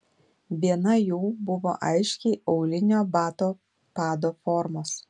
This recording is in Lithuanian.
viena jų buvo aiškiai aulinio bato pado formos